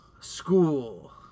School